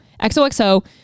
XOXO